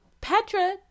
Petra